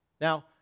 Now